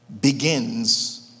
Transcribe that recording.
begins